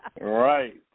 Right